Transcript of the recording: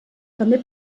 també